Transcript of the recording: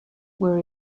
were